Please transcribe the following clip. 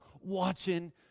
watching